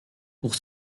pour